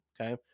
Okay